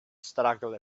struggle